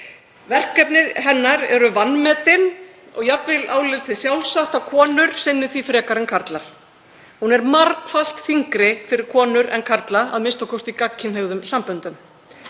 Verkefni hennar eru vanmetin og jafnvel álitið sjálfsagt að konur sinni því frekar en karlar. Hún er margfalt þyngri fyrir konur en karla, a.m.k. í gagnkynhneigðum samböndum.